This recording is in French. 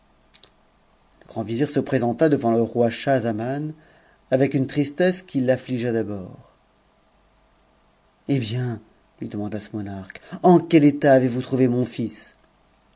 le prince srand vizir se présenta devant le roischahzaman avec une tristesse affligea d'abord eh bien lui demanda ce monarque en quel état tous trouvé mon fils